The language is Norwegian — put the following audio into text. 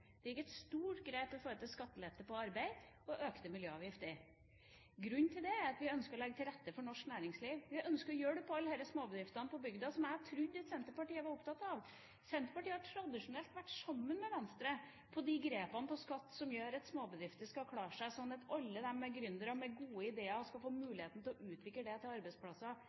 et stort grep når det gjelder skattelette på arbeid, og økte miljøavgifter. Grunnen til det er at vi ønsker å legge til rette for norsk næringsliv. Vi ønsker å hjelpe alle disse småbedriftene på bygda som jeg trodde at Senterpartiet var opptatt av. Senterpartiet har tradisjonelt vært sammen med Venstre om grepene når det gjelder skatt, som skal gjøre at småbedriftene klarer seg, sånn at alle gründere med gode ideer skal få muligheten til å utvikle dem til arbeidsplasser.